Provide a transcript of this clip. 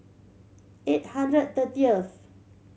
eight hundred thirtieth